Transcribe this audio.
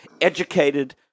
educated